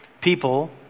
people